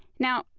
now,